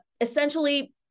essentially